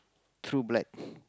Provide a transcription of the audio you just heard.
true blood